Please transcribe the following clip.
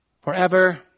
forever